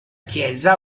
chiesa